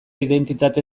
identitate